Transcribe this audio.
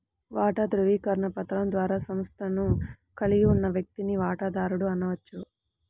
వాటా ధృవీకరణ పత్రం ద్వారా సంస్థను కలిగి ఉన్న వ్యక్తిని వాటాదారుడు అనవచ్చు